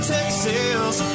Texas